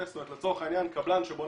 זאת אומרת לצורך העניין קבלן שבונה